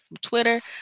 Twitter